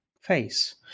face